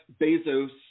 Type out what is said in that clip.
Bezos